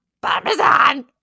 Parmesan